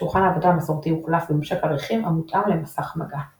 שולחן העבודה המסורתי הוחלף בממשק אריחים המותאם למסך מגע.